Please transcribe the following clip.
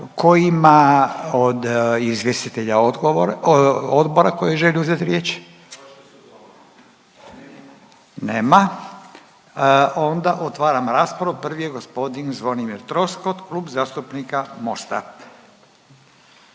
tko ima, od izvjestitelja odgovor, odbora koji želi uzeti riječ? Nema. Onda otvaram raspravu, prvi je g. Zvonimir Troskot, Klub zastupnika Mosta.